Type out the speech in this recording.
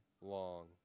long